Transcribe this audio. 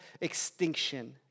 extinction